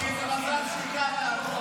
סעיפים 3 4, כהצעת הוועדה, נתקבלו.